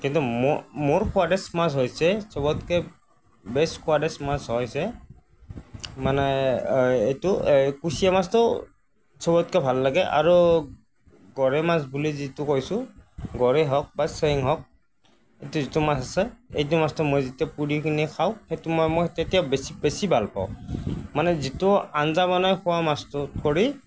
কিন্তু মো মোৰ মাছ হৈছে চবতকৈ বেষ্ট মাছ হৈছে মানে এইটো এই কুচিয়া মাছটো চবতকে ভাল লাগে আৰু গৰৈ মাছ বুলি যিটো কৈছোঁ গৰৈ হওক বা চেং হওক এইটো যিটো মাছ আছে এইটো মাছটো যেতিয়া মই পুৰি কিনি খাওঁ সেইটো মই মই তেতিয়া বেছি বেছি ভাল পাওঁ মানে যিটো আঞ্জা বনাই খোৱা মাছটোত কৰি